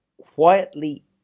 quietly